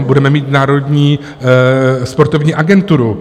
Budeme mít Národní sportovní agenturu.